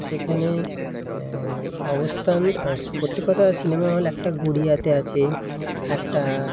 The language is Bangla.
সেখানে অবস্থান স্ প্রত্যেক কটা সিনেমা হল একটা গড়িয়াতে আছে একটা